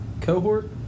Cohort